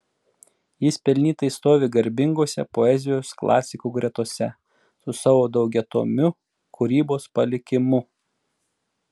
jis pelnytai stovi garbingose poezijos klasikų gretose su savo daugiatomiu kūrybos palikimu